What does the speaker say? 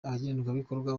abagenerwabikorwa